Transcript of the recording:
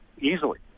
easily